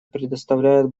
представляют